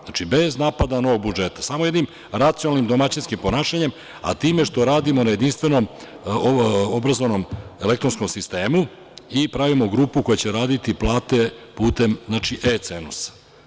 Znači, bez novog napada na budžet, samo jednim racionalnim domaćinskim ponašanjem, a time što radimo na jedinstvenom obrazovnom elektronskom sistemu i pravimo grupu koja će raditi plate putem E Cenusa.